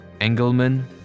Engelman